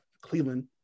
Cleveland